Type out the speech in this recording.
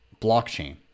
blockchain